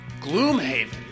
Gloomhaven